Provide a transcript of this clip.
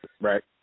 right